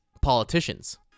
politicians